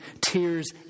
tears